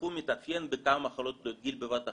התחום מתאפיין בכמה מחלות גיל בבת אחת,